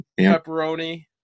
pepperoni